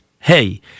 Hey